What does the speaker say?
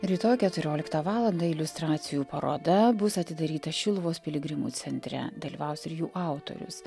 rytoj keturioliktą valandą iliustracijų paroda bus atidaryta šiluvos piligrimų centre dalyvaus ir jų autorius